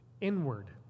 inward